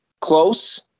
Close